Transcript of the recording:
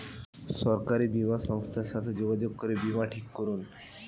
সরকারি বীমা সংস্থার সাথে যোগাযোগ করে বীমা ঠিক করুন